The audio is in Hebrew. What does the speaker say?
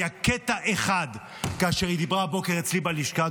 היה קטע אחד כאשר היא דיברה הבוקר אצלי בלשכה,